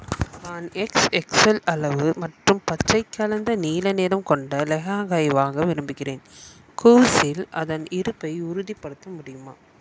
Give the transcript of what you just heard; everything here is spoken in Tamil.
நான் எக்ஸ் எக்ஸல் அளவு மற்றும் பச்சை கலந்த நீல நிறம் கொண்ட லெஹெங்காயை வாங்க விரும்புகிறேன் கூவ்ஸில் அதன் இருப்பை உறுதிப்படுத்த முடியுமா